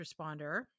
responder